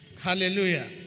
hallelujah